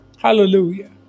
Hallelujah